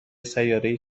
سیارهای